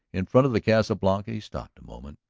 in front of the casa blanca he stopped a moment,